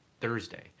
Thursday